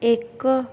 ଏକ